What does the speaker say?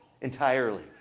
Entirely